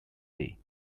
day